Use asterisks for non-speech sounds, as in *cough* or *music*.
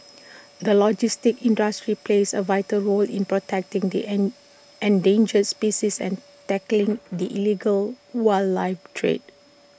the logistics industry plays A vital role in protecting the *unintelligible* endangered species and tackling the illegal wildlife trade